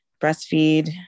breastfeed